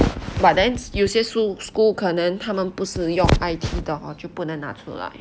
but then 有些 school 可能他们不是用 I_T 的 hor 就不能拿出来